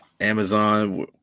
Amazon